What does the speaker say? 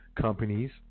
companies